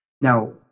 Now